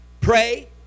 pray